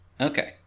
okay